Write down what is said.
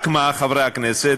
רק מה, חברי הכנסת,